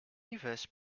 yves